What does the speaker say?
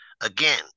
again